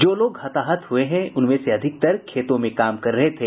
जो लोग हताहत हुए हैं उनमें से अधिकतर खेतों में काम कर रहे थे